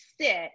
sit